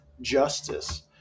justice